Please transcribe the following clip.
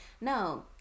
No